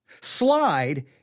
slide